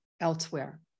elsewhere